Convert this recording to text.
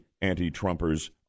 anti-Trumpers